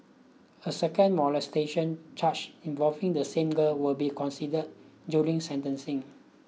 a second molestation charge involving the same girl will be considered during sentencing